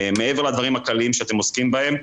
מעבר לדברים הכלליים שאתם עוסקים בהם,